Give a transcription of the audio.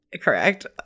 correct